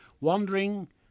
wandering